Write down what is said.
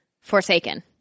Forsaken